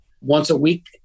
once-a-week